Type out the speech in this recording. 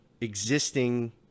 existing